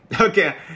Okay